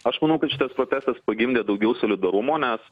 aš manau kad šitas protestas pagimdė daugiau solidarumo nes